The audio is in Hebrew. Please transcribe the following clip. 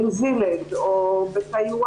או בניו זילנד,